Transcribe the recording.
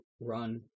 run